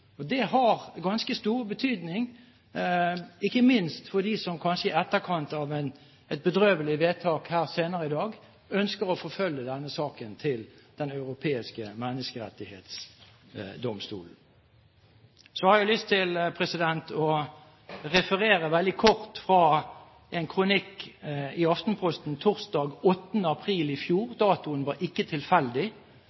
«useful». Det har ganske stor betydning, ikke minst for dem som i etterkant av et bedrøvelig vedtak her senere i dag ønsker å forfølge denne saken til Den europeiske menneskerettighetsdomstol. Så har jeg lyst til å referere veldig kort fra en kronikk i Aftenposten torsdag 8. april i fjor